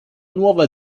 nuova